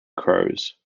crows